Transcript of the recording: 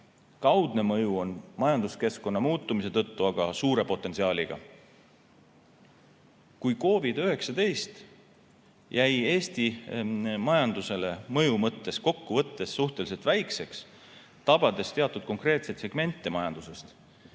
Kaudne mõju on majanduskeskkonna muutumise tõttu aga suure potentsiaaliga. Kui COVID‑19 mõju jäi Eesti majandusele kokkuvõttes suhteliselt väikseks, tabades teatud konkreetseid majandussegmente,